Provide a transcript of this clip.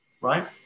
right